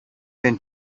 been